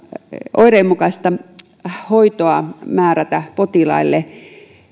oireenmukaista hoitoa määrätä potilaille